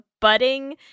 budding